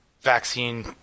vaccine